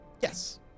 yes